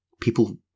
People